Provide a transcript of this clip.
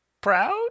proud